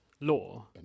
Law